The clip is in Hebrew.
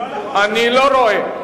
אני לא רואה.